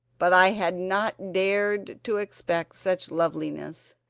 but i had not dared to expect such loveliness.